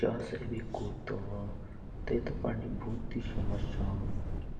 जुस अबी कुत्तो होन तो तेसकी समस्या भूति